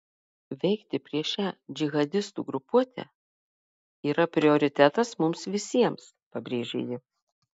veikti prieš šią džihadistų grupuotę yra prioritetas mums visiems pabrėžė ji